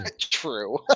True